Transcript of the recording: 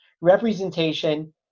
Representation